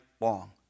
long